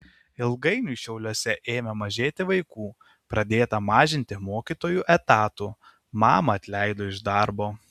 ilgainiui šiauliuose ėmė mažėti vaikų pradėta mažinti mokytojų etatų mamą atleido iš darbo